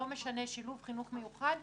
לא משנה: שילוב, חינוך מיוחד,